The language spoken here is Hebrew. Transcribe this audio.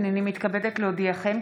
הינני מתכבדת להודיעכם,